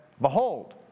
behold